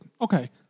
Okay